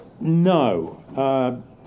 No